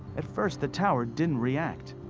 at first, the tower didn't react.